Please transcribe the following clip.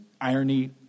irony